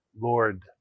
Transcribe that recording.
Lord